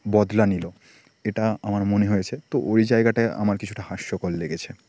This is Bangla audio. বদলা নিল এটা আমার মনে হয়েছে তো ওই জায়গাটায় আমার কিছুটা হাস্যকর লেগেছে